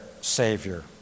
Savior